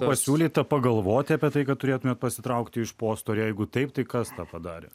pasiūlyta pagalvoti apie tai kad turėtumėt pasitraukti iš posto ir jeigu taip tai kas tą padarė